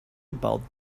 about